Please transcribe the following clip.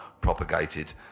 propagated